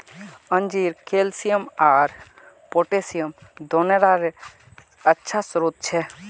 अंजीर कैल्शियम आर पोटेशियम दोनोंरे अच्छा स्रोत छे